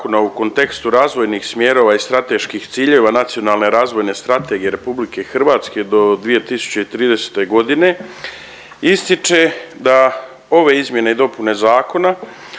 u kontekstu razvojnih smjerova i strateških ciljeva Nacionalne razvojne strategije RH do 2030. g. ističe da ove izmjene i dopune Zakona